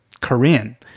Korean